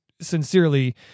sincerely